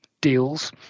deals